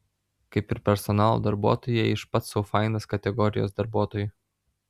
kaip ir personalo darbuotojai jie iš pats sau fainas kategorijos darbuotojų